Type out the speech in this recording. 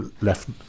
left